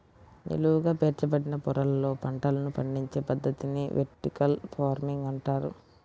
నిలువుగా పేర్చబడిన పొరలలో పంటలను పండించే పద్ధతిని వెర్టికల్ ఫార్మింగ్ అంటారు